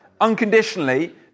unconditionally